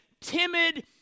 timid